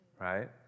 Right